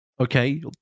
Okay